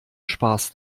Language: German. spaß